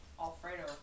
Alfredo